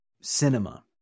cinema